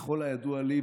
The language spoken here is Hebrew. ככל הידוע לי,